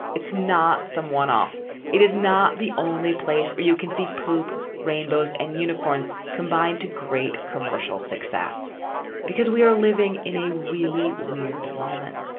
it's not someone off it is not the only place you can see poop, rainbows and unicorns combined to great commercial success because we are living in a really weird moment